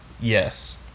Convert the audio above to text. Yes